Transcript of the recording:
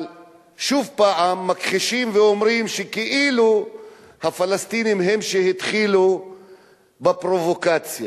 אבל שוב הפעם מכחישים ואומרים שכאילו הפלסטינים הם שהתחילו בפרובוקציה.